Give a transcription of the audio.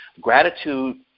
gratitude